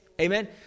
Amen